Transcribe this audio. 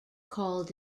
called